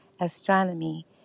astronomy